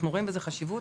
אנחנו רואים בזה חשיבות,